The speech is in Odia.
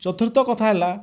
ଚତୁର୍ଥ କଥା ହେଲା